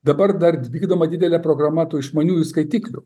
dabar dar vykdoma didelė programa tų išmaniųjų skaitiklių